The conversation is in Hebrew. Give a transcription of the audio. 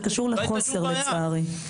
זה קשור לחוסר, לצערי.